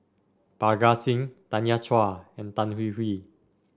Parga Singh Tanya Chua and Tan Hwee Hwee